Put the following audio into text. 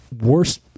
worst